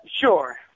sure